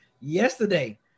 yesterday